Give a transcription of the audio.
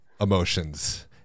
emotions